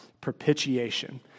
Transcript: propitiation